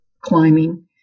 climbing